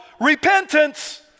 repentance